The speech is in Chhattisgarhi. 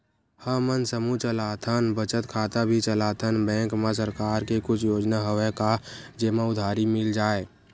हमन समूह चलाथन बचत खाता भी चलाथन बैंक मा सरकार के कुछ योजना हवय का जेमा उधारी मिल जाय?